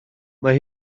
mae